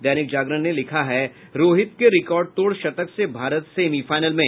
दैनिक जागरण ने लिखा है रोहित के रिकॉर्ड तोड़ शतक से भारत सेमीफाईनल में